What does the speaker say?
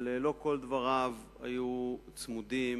אבל לא כל דבריו היו צמודים